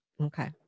Okay